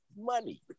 money